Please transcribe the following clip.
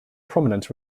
prominent